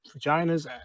vaginas